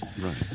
Right